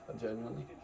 genuinely